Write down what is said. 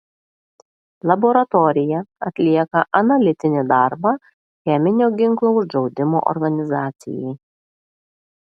laboratorija atlieka analitinį darbą cheminio ginklo uždraudimo organizacijai